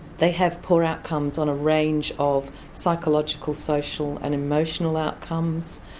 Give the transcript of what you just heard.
they have poor outcomes on a range of psychological, social and emotional outcomes.